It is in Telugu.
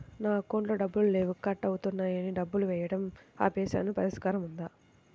నా అకౌంట్లో డబ్బులు లేవు కట్ అవుతున్నాయని డబ్బులు వేయటం ఆపేసాము పరిష్కారం ఉందా?